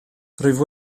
rwyf